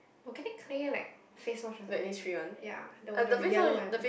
volcanic clay like face wash or something ya the the yellow one